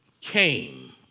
came